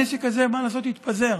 הנשק הזה, מה לעשות, התפזר.